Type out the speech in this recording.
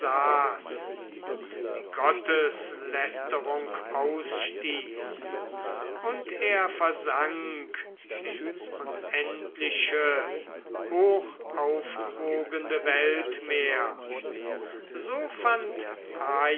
und die gotteslästerung ausstieß und er versank ins unendliche hochaufwogende weltmeer so fand